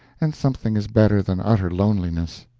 and something is better than utter loneliness.